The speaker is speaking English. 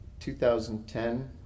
2010